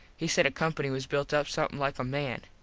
he said a company was built up somethin like a man.